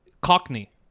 cockney